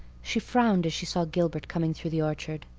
she frowned as she saw gilbert coming through the orchard.